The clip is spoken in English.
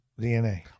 dna